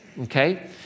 okay